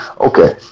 okay